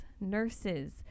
nurses